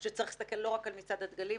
שצריך להסתכל לא רק על מצעד הדגלים,